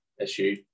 issue